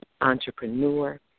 entrepreneur